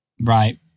Right